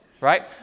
Right